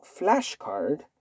flashcard